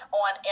on